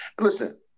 listen